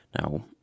Now